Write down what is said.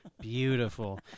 Beautiful